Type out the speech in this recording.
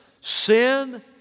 sin